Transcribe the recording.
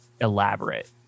elaborate